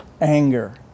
anger